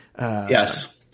Yes